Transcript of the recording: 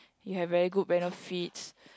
you have very good benefits